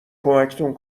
کمکتون